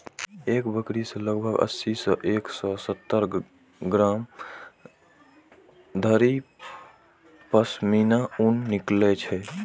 एक बकरी सं लगभग अस्सी सं एक सय सत्तर ग्राम धरि पश्मीना ऊन निकलै छै